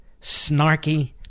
Snarky